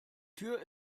tür